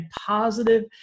positive